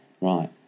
Right